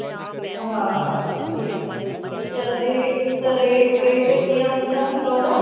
हा हा ठीकु आहे त रेट त रेट वेट कीअं हूंदा हुतां जा